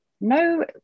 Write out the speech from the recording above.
no